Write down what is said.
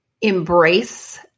embrace